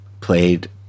played